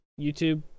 YouTube